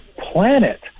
planet